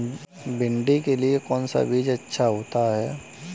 भिंडी के लिए कौन सा बीज अच्छा होता है?